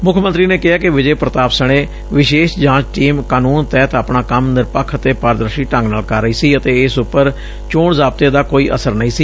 ਮੁੱਖ ਮੰਤਰੀ ਨੇ ਕਿਹੈ ਕਿ ਵਿਜੇ ਪ੍ਤਾਪ ਸਣੇ ਵਿਸ਼ੇਸ਼ ਜਾਂਚ ਟੀਮ ਕਾਨੂੰਨ ਤਹਿਤ ਆਪਣਾ ਕੰਮ ਨਿਰਪੱਖ ਅਤੇ ਪਾਰਦਰਸ਼ੀ ਢੰਗ ਨਾਲ ਕਰ ਰਹੀ ਸੀ ਅਤੇ ਇਸ ਉਪਰ ਚੋਣ ਜ਼ਾਬਤੇ ਦਾ ਕੋਈ ਅਸਰ ਨਹੀਂ ਸੀ